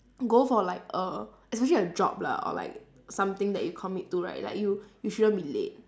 go for like a especially a job lah or like something that you commit to right like you you shouldn't be late